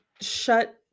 shut